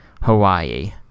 Hawaii